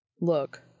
Look